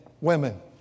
women